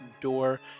Door